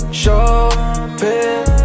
shopping